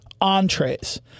entrees